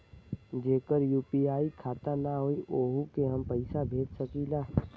जेकर यू.पी.आई खाता ना होई वोहू के हम पैसा भेज सकीला?